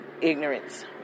ignorance